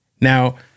Now